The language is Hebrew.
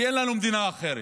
כי אין לנו מדינה אחרת.